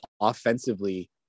offensively